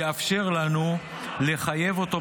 יתאפשר לנו לחייב אותו,